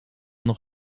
nog